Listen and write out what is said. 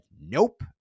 nope